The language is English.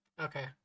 okay